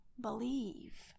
believe